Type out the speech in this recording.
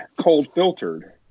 cold-filtered